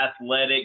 athletic